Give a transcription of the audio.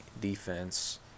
defense